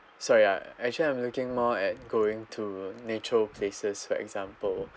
sorry I actually I'm looking more at going to natural places for example